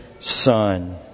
Son